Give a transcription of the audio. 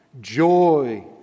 joy